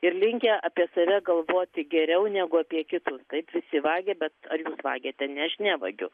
ir linkę apie save galvoti geriau negu apie kitus kaip visi vagia bet ar jūs vagiate ne aš nevagiu